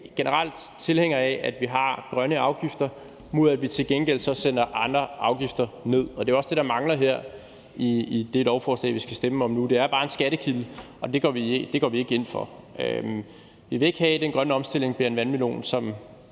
generelt tilhængere af, at vi har grønne afgifter, mod at vi så til gengæld sætter andre afgifter ned. Og det er jo også det, der mangler i det lovforslag, vi skal stemme om nu. Det er bare en skattekilde, og det går vi ikke ind for. Vi vil ikke have, at den grønne omstilling bliver en vandmelon, som